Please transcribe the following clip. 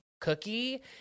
cookie